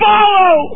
Follow